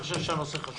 אני חושב שהנושא חשוב.